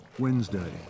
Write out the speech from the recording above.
Wednesday